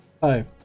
five